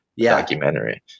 documentary